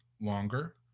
longer